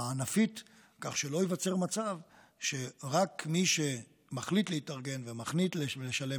הענפית כך שלא ייווצר מצב שרק מי שמחליט להתארגן ומחליט לשלם